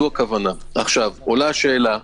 עולה השאלה,